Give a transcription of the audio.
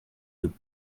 too